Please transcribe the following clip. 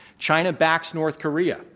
china backs north korea,